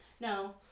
No